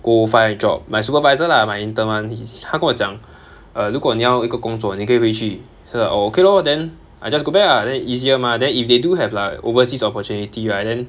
go find job my supervisor lah my intern [one] 他跟我讲 err 如果你要一个工作你可以回去 so I like okay lor then I just go back ah then easier mah then if they do have like overseas opportunity right then